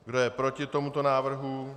Kdo je proti tomuto návrhu?